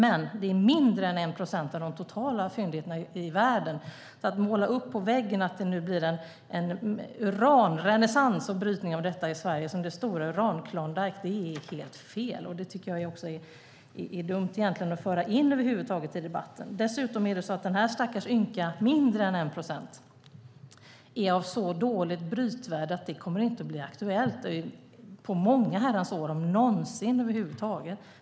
Men det är mindre än 1 procent av de totala fyndigheterna i världen. Att måla upp på väggen att det nu blir en uranrenässans och brytning i Sverige som det stora Uranklondyke är helt fel. Jag tycker att det är dumt att föra in det i debatten över huvud taget. Dessutom är dessa stackars ynka fyndigheter - som sagt mindre än 1 procent - av så dåligt brytvärde att det inte kommer att bli aktuellt på många herrans år, om över huvud taget någonsin.